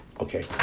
Okay